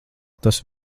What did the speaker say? tas